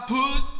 put